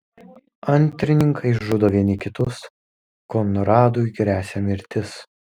antrininkai žudo vieni kitus konradui gresia mirtis